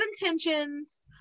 intentions